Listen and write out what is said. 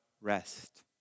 rest